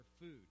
food